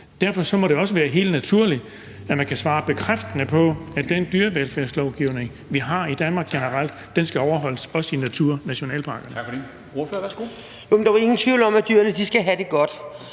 derfor må det også være helt naturligt, at man kan svare bekræftende på, at den dyrevelfærdslovgivning, vi har i Danmark generelt, skal overholdes, også i naturnationalparkerne. Kl. 16:41 Formanden (Henrik Dam